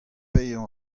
paeañ